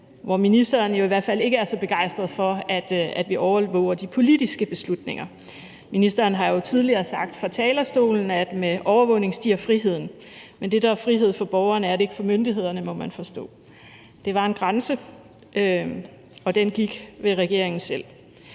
er ministeren i hvert fald ikke så begejstret for, at vi overvåger de politiske beslutninger. Ministeren har jo tidligere sagt fra talerstolen, at med overvågning stiger friheden, men det, der er frihed for borgerne, er ikke frihed for myndighederne, må man forstå. Der er en grænse, og den går ved regeringen selv.